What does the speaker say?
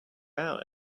out